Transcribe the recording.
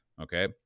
okay